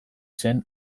zen